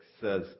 says